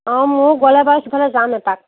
মইও গ'লে বাৰু সিফালে যাম এপাক